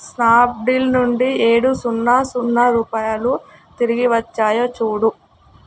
Snapdeal నుండి ఏడు సున్నా సున్నా రూపాయలు తిరిగివచ్చాయా చూడు